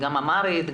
גם אמהרית,